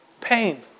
pain